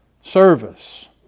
service